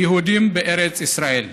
יהודים בארץ ישראל.